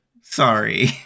Sorry